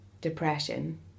depression